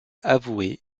avoué